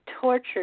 tortured